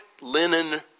linen